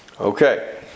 Okay